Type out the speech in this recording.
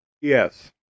Yes